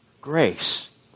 grace